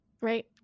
Right